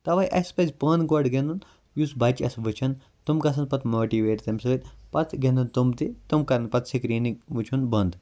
تَوَے اَسہِ پَزٕ پانہٕ گۄڈٕ گِنٛدُن یُس بَچہٕ آسہِ وٕچھان تِم گَژھَن پَتہٕ ماٹِویٹ تمہِ سۭتۍ پَتہٕ گِنٛدَن تِم تہٕ تِم کَرَن پَتہٕ سِکریٖنِنٛگ وٕچھُن بند